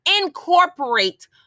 incorporate